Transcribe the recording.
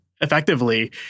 effectively